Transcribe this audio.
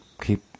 keep